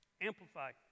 Amplify